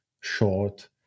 short